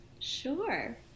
sure